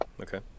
Okay